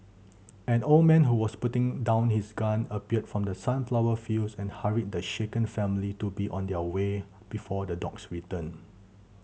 an old man who was putting down his gun appeared from the sunflower fields and hurried the shaken family to be on their way before the dogs return